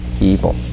evil